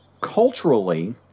culturally